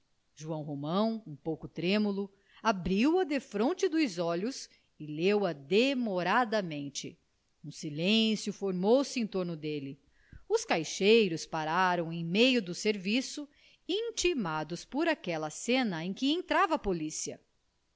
joão romão um pouco trêmulo abriu-a defronte dos olhos e leu-a demoradamente um silêncio formou-se em torno dele os caixeiros pararam em meio do serviço intimidados por aquela cena em que entrava a polícia